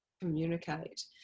communicate